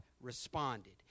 responded